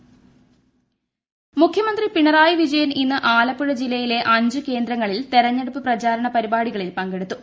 മുഖ്യമന്തി മുഖ്യമന്ത്രി പിണറായി വിജയൻ ഇന്ന് ആലപ്പുഴ ജില്ലയിലെ അഞ്ച് കേന്ദ്രങ്ങളിൽ തെരഞ്ഞെടുപ്പ് പ്രചാരണ പരിപാടികളിൽ പങ്കെടുത്തു